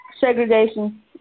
segregation